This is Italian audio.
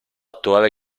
torre